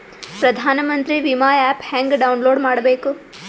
ಪ್ರಧಾನಮಂತ್ರಿ ವಿಮಾ ಆ್ಯಪ್ ಹೆಂಗ ಡೌನ್ಲೋಡ್ ಮಾಡಬೇಕು?